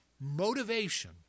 motivation